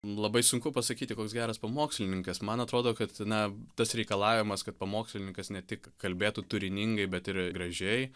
labai sunku pasakyti koks geras pamokslininkas man atrodo kad na tas reikalavimas kad pamokslininkas ne tik kalbėtų turiningai bet ir gražiai